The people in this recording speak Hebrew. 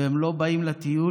והם לא באים לטיול,